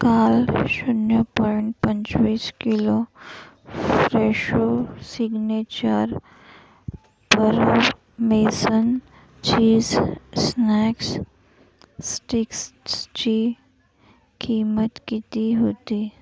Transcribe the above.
काल शून्य पॉईंट पंचवीस kilo Fresho signature parmesan cheese snacks स्टिक्ससची किंमत किती होती